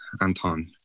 Anton